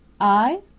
I